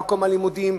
למקום הלימודים,